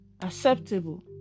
acceptable